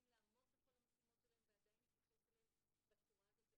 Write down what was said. לעמוד בכל המשימות שלהם ועדיין להתייחס אליהם בצורה הזאת,